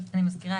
אני מזכירה,